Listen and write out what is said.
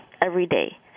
everyday